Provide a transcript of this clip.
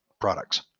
products